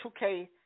2K